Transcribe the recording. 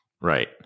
Right